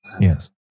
Yes